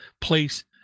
place